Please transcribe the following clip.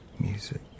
Music